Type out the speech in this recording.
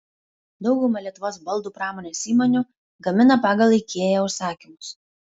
dauguma lietuvos baldų pramonės įmonių gamina pagal ikea užsakymus